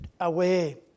away